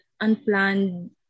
unplanned